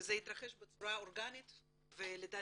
וזה התרחש בצורה אורגנית ומופלאה,